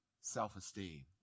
self-esteem